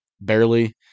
barely